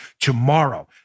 tomorrow